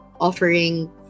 offering